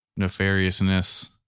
nefariousness